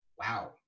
wow